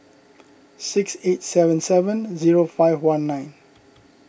six eight seven seven zero five one nine